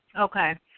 Okay